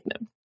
no